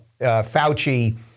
Fauci